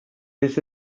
this